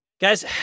Guys